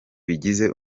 bigize